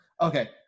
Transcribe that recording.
Okay